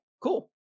cool